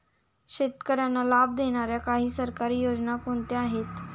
शेतकऱ्यांना लाभ देणाऱ्या काही सरकारी योजना कोणत्या आहेत?